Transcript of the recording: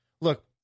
look